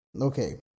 Okay